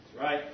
right